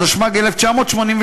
התשמ"ג 1983,